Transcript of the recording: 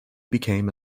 became